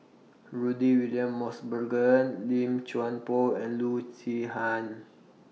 Rudy William Mosbergen Lim Chuan Poh and Loo Zihan